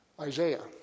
Isaiah